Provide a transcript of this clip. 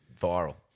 viral